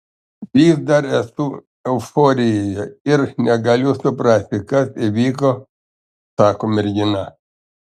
vis dar esu euforijoje ir negaliu suprasti kas įvyko sako mergina